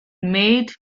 made